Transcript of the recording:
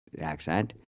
accent